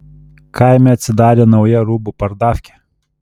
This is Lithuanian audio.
kaime atsidarė nauja rūbų pardafkė